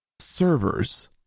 servers